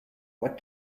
what